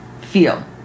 feel